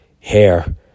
hair